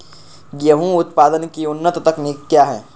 गेंहू उत्पादन की उन्नत तकनीक क्या है?